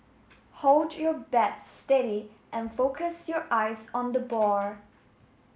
hold your bat steady and focus your eyes on the ball